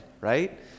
Right